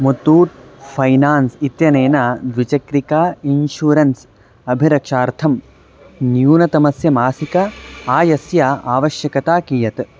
Muthoot finance इत्यनेन द्विचक्रिका insurance अभिरक्षार्थं न्यूनतमस्य मासिक आयस्य आवश्यकता कियत्